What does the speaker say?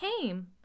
came